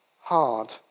hard